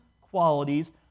qualities